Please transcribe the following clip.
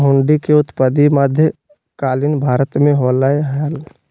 हुंडी के उत्पत्ति मध्य कालीन भारत मे होलय हल